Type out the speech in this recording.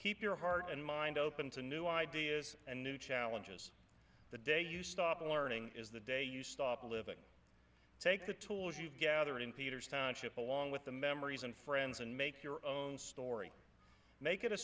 keep your heart and mind open to new ideas and new challenges the day you stop learning is the day you stop living take the tools you've gathered in peter's township along with the memories and friends and make your own story make it a